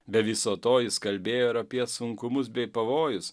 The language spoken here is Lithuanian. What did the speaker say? be viso to jis kalbėjo ir apie sunkumus bei pavojus